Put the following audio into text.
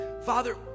Father